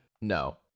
No